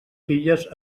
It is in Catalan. filles